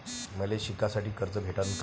मले शिकासाठी कर्ज भेटन का?